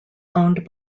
owned